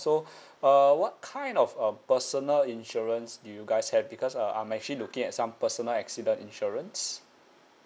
so uh what kind of um personal insurance do you guys have because uh I'm actually looking at some personal accident insurance